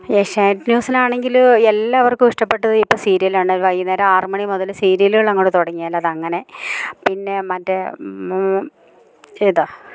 ഏഷ്യാനെറ്റ് ന്യൂസിലാണെങ്കില് എല്ലാവർക്കും ഇഷ്ടപ്പെട്ടതിപ്പം സീരിയലാണ് വൈകുന്നേരം ആറ് മണി മുതല് സീരിയലുകൾ അങ്ങോട് തുടങ്ങിയാൽ അതങ്ങനെ പിന്നെ മറ്റേ ഏതാ